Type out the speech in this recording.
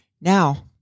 Now